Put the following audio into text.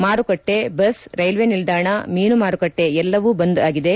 ಮಾರುಕಟ್ಟೆ bus railway ನಿಲ್ದಾಣ ಮೀನು ಮಾರುಕಟ್ಟೆ ಎಲ್ಲವೂ ಬಂದ್ ಆಗಿದೆ